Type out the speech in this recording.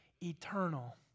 eternal